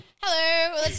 Hello